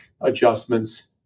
adjustments